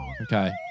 Okay